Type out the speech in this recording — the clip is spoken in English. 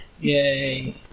Yay